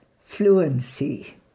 fluency